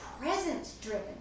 presence-driven